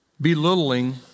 Belittling